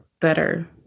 better